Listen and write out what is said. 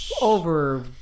over